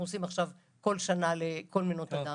עושים עכשיו כל שנה לכל מנות הדם.